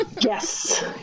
Yes